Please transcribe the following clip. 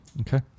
Okay